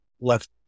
left